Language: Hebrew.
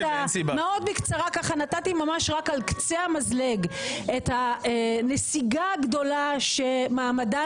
מאוד בקצרה ככה נתתי ממש על קצה המזלג את הנסיגה הגדולה שמעמדן